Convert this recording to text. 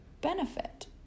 benefit